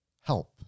help